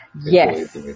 Yes